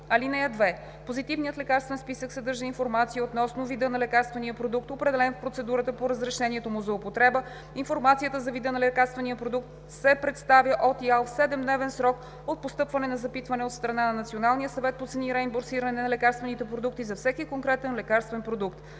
(2) Позитивният лекарствен списък съдържа информация относно вида на лекарствения продукт, определен в процедурата по разрешаването му за употреба. Информацията за вида на лекарствения продукт се представя от ИАЛ в 7-дневен срок от постъпване на запитване от страна на Националния съвет по цени и реимбурсиране на лекарствените продукти за всеки конкретен лекарствен продукт.